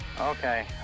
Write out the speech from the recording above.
Okay